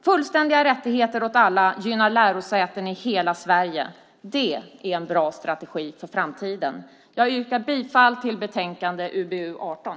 Fullständiga rättigheter åt alla gynnar lärosäten i hela Sverige. Det är en bra strategi för framtiden. Jag yrkar bifall till förslaget i betänkande UbU18.